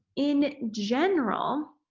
in general,